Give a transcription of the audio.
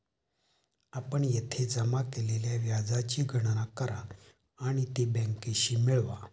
आपण येथे जमा केलेल्या व्याजाची गणना करा आणि ती बँकेशी मिळवा